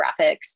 graphics